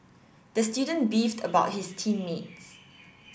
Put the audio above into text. the student beefed about his team mates